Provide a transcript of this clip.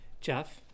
Jeff